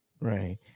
Right